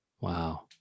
Wow